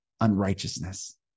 unrighteousness